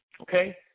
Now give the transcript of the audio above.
Okay